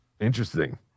Interesting